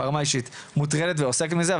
ברמה האישית מוטרדת ועוסקת בזה,